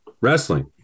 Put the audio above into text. Wrestling